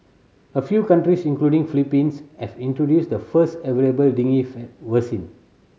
a few countries including Philippines have introduced the first available vaccine